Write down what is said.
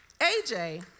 AJ